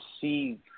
see